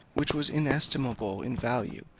which was inestimable in value,